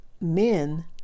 men